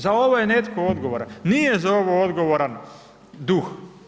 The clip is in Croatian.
Za ovo je netko odgovoran, nije za ovo odgovoran duh.